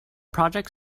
project